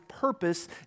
purpose